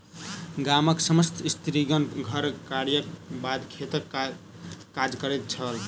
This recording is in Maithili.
गामक समस्त स्त्रीगण घर कार्यक बाद खेतक काज करैत छल